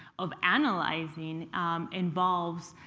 of analyzing involves